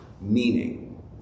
meaning